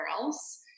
else